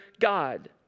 God